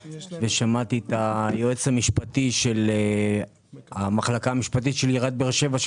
שמעתי את היועץ המשפטי של המחלקה המשפטית של עיריית באר שבע,